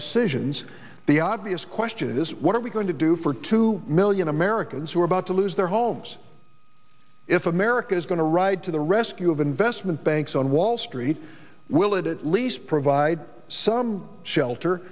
decisions the obvious question is what are we going to do for two million americans who are about to lose their homes if america's going to ride to the rescue of investment banks on wall street will it at least provide some shelter